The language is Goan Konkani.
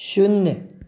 शुन्य